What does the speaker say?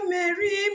Mary